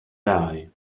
die